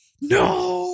no